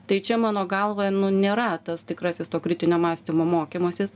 tai čia mano galva nėra tas tikrasis to kritinio mąstymo mokymasis